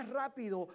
rápido